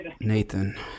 Nathan